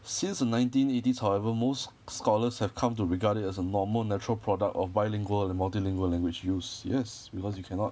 since the nineteen eighties however most scholars have come to regard it as a normal natural product of bilingual and multilingual language use yes because you cannot